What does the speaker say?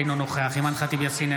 אינו נוכח אימאן ח'טיב יאסין,